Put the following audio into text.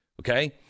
Okay